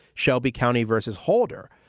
shelby county vs. holder,